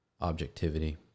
objectivity